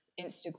Instagram